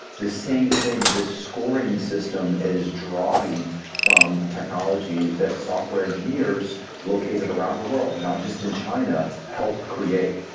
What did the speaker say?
the same thing the scoring system is drawing from technology that software engineers located around the world, not just in china, helped create.